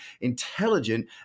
intelligent